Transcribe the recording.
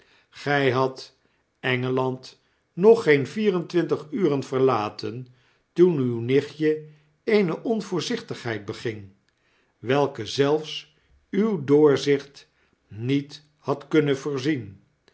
a n d nog geen vier en twintig uren verlaten toen uw nichtje eene onvoorzichtigheid beging welke zelfs uw doorzicht niet had kunnen voorzien